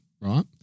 right